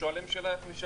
הישיבה ננעלה בשעה